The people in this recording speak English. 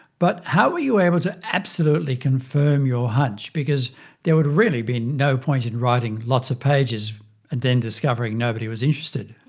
but how were you able to absolutely confirm your hunch? because there would have really been no point in writing lots of pages and then discovering nobody was interested.